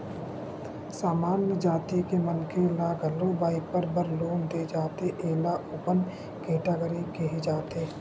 सामान्य जाति के मनखे ल घलो बइपार बर लोन दे जाथे एला ओपन केटेगरी केहे जाथे